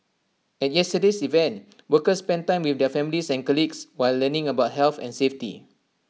at yesterday's event workers spent time with their families and colleagues while learning about health and safety